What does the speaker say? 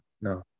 no